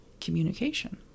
communication